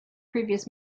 previous